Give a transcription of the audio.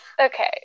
Okay